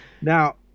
Now